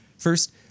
First